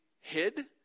hid